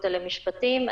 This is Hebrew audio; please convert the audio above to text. מהפקולטה למשפטים.